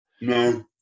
No